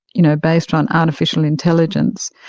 you know based on artificial intelligence,